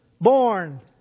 born